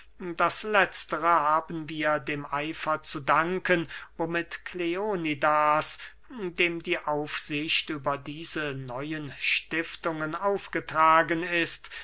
das letztere haben wir dem eifer zu danken womit kleonidas dem die aufsicht über diese neue stiftungen aufgetragen ist